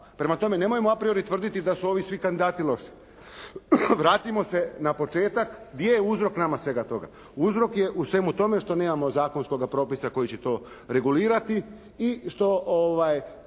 Prema tome, nemojmo a priori tvrditi da su ovi svi kandidati loši. Vratimo se na početak. Gdje je uzrok nama svega toga? Uzrok je u svemu tome što nemamo zakonskoga propisa koji će to regulirati i što